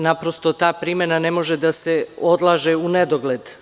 Naprosto, ta primena ne može da se odlaže u nedogled.